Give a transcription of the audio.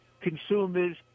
consumers